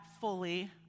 fully